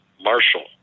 Marshall